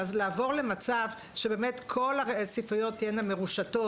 לעבור למצב שבאמת כל הספריות תהיינה מרושתות.